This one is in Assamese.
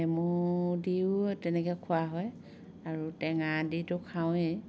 নেমু দিয়ো তেনেকে খোৱা হয় আৰু টেঙা দিতো খাওঁৱেই